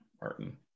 martin